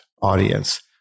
audience